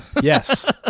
Yes